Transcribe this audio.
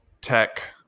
tech